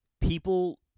people